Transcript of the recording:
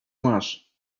masz